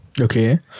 Okay